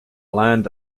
land